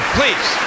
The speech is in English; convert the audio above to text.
please